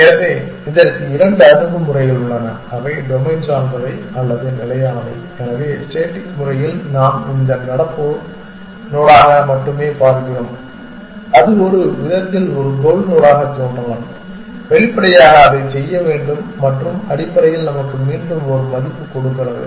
எனவே இதற்கு இரண்டு அணுகுமுறைகள் உள்ளன அவை டொமைன் சார்ந்தவை அல்லது நிலையானவை எனவே ஸ்டேடிக் முறையில் நாம் இந்த நடப்பு நோடாக மட்டுமே பார்க்கிறோம் அது ஒரு விதத்தில் ஒரு கோல் நோடாகத் தோன்றலாம் வெளிப்படையாக அதைச் செய்ய வேண்டும் மற்றும் அடிப்படையில் நமக்கு மீண்டும் ஒரு மதிப்பு கொடுக்கிறது